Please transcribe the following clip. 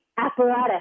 apparatus